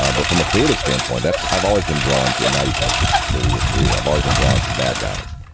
ah but from a creative standpoint, that's i've always been drawn to. and now you can look at thirty career. i've always been drawn to bad guys.